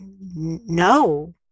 no